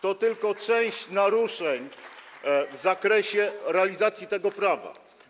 To tylko część naruszeń w zakresie realizacji tego prawa.